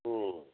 ହୁଁ